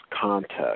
context